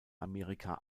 amerika